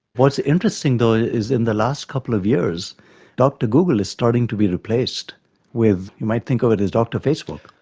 what's interesting though ah is in the last couple of years dr google is starting to be replaced with, you might think of it as dr facebook.